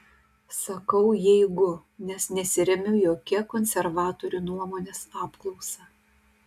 sakau jeigu nes nesiremiu jokia konservatorių nuomonės apklausa